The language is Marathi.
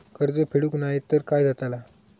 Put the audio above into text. कर्ज फेडूक नाय तर काय जाताला?